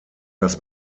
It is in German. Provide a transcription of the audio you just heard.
dass